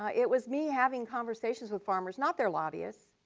ah it was me having conversations with farmer, not their lobbyist,